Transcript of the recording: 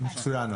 מצוין,